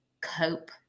cope